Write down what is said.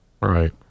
Right